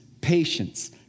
patience